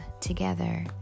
together